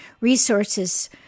resources